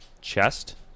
chest